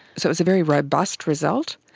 so it was a very robust result.